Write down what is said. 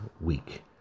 week